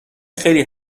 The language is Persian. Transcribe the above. خیلی